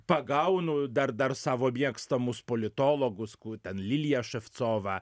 pagaunu dar dar savo mėgstamus politologus ku ten liliją ševcovą